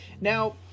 Now